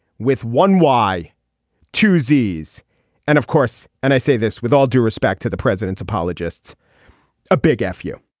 with one y two zis and of course and i say this with all due respect to the president's apologists a big f you